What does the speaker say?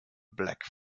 black